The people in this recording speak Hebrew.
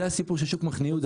זה הסיפור של שוק מחנה יהודה.